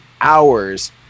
hours